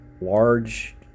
large